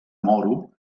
moro